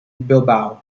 bilbao